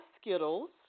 Skittles